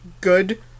good